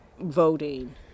voting